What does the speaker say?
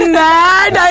mad